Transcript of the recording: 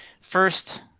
First